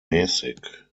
mäßig